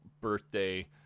Birthday